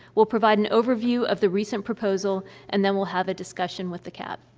will provide an overview of the recent proposal and then will have a discussion with the cab.